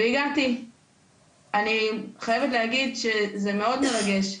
ואני חייבת להגיד שזה מאוד מרגש.